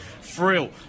Frill